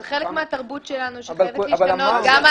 זה חלק מהתרבות שלנו שחייבת להשתנות.